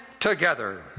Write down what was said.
together